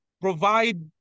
provide